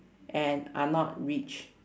and I'm not rich